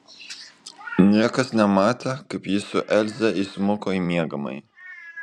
niekas nematė kaip jis su elze įsmuko į miegamąjį